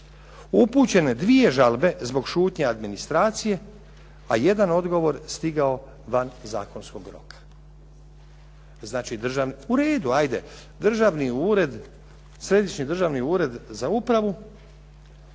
upućene dvije žalbe zbog šutnje administracije, a jedan odgovor stigao van zakonskog roka. Znači. U redu, ajde. Državni ured, Središnji državni ured za upravu